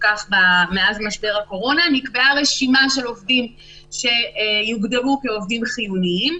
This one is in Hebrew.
מאז משבר הקורונה נקבעה רשימה של עובדים שיוגדרו כעובדים חיוניים,